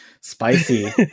spicy